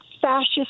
fascist